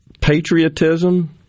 patriotism